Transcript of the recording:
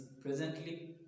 presently